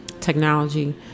technology